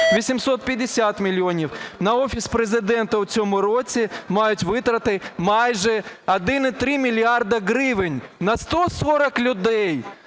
850 мільйонів. На Офіс Президента у цьому році мають витрати майже 1,3 мільярда гривень. На 140 людей!